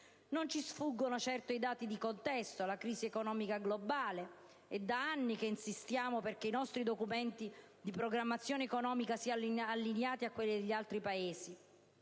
Non ci sfuggono certo i dati di contesto e la crisi economica globale. È da anni che si insiste affinché i nostri documenti di programmazione economica e finanziaria siano in linea con quelli degli altri Paesi